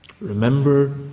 Remember